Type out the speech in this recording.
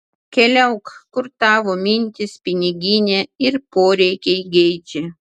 keliauk kur tavo mintys piniginė ir poreikiai geidžia